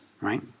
right